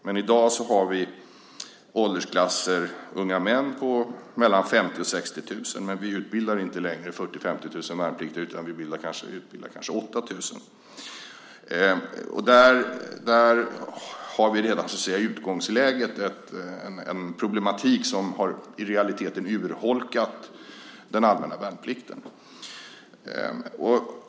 Men i dag har vi åldersklasser med unga män i storleksordningen 50 000-60 000. Men vi utbildar inte längre 40 000-50 000 värnpliktiga, utan vi utbildar kanske 8 000. Och där har vi så att säga redan i utgångsläget en problematik som i realiteten har urholkat den allmänna värnplikten.